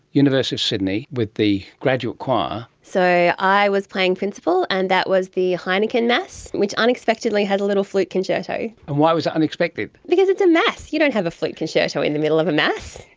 university of sydney, with the graduate choir? so i was playing principal and that was the heinichen mass, which unexpectedly had a little flute concerto. and why was it unexpected? because it's a mass, you don't have a flute concerto in the middle of a mass.